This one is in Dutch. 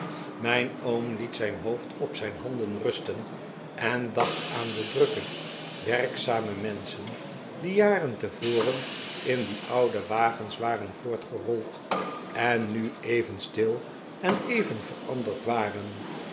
mijn oom liet zijn hoofd op zijn handen rusten en dacht aan de drukke werkzame menschen die jaren tevoren in die oude wagens waren voortgerold en nu even stil en even ver ander d waren